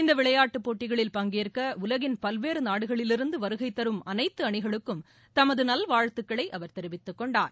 இந்த விளையாட்டு போட்டிகளில் பங்கேற்க உலகின் பவ்வேறு நாடுகளிலிருந்து வருகை தரும் அனைத்து அணிகளுக்கும் தமது நல்வாழ்த்துக்களை அவர் தெரிவித்து கொண்டார்